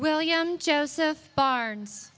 william joseph barnes